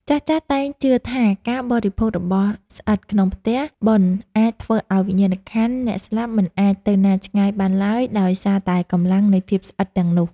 ចាស់ៗតែងជឿថាការបរិភោគរបស់ស្អិតក្នុងផ្ទះបុណ្យអាចធ្វើឱ្យវិញ្ញាណក្ខន្ធអ្នកស្លាប់មិនអាចទៅណាឆ្ងាយបានឡើយដោយសារតែកម្លាំងនៃភាពស្អិតទាំងនោះ។